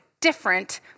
different